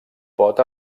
pot